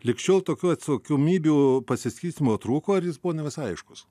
lig šiol tokių atsakomybių pasiskirstymo trūko ar jis buvo ne visai aiškus